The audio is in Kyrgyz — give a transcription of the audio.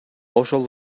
ошол